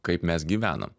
kaip mes gyvenam